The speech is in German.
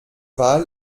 wal